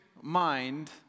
mind